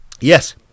Yes